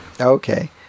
Okay